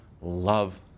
love